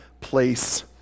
place